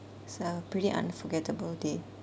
it's a pretty unforgettable day